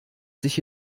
sich